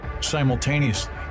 Simultaneously